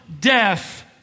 death